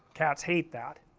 cats hate that